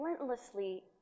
relentlessly